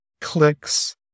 clicks